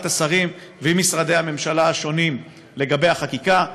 השרים ועם משרדי הממשלה השונים לגבי החקיקה.